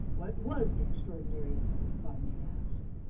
what was the extraordinary event, if i may ask?